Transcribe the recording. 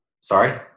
Sorry